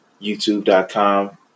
youtube.com